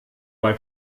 bei